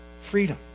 freedom